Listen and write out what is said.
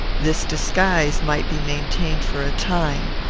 this disguise might be maintained for a time,